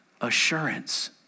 assurance